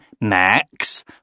Max